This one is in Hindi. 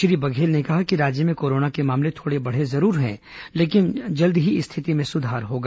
श्री बघेल ने कहा कि राज्य में कोरोना के मामले थोड़े बढ़े जरूर हैं लेकिन जल्द ही स्थिति में सुधार होगा